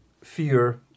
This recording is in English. Fear